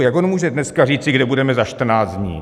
Jak on může dneska říci, kde budeme za čtrnáct dní?